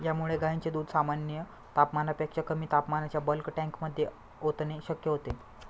यामुळे गायींचे दूध सामान्य तापमानापेक्षा कमी तापमानाच्या बल्क टँकमध्ये ओतणे शक्य होते